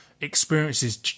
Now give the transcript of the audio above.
experiences